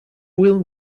will